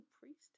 priest